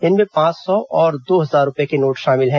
इनमें पांच सौ और दो हजार रूपये के नोट शामिल हैं